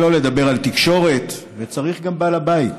שלא לדבר על תקשורת, וצריך גם בעל בית.